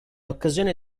occasione